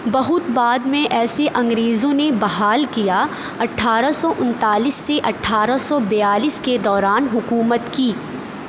بہت بعد میں ایسی انگریزوں نے بحال کیا اٹھارہ سو انتالیس سے اٹھارہ سو بیالیس کے دوران حکومت کی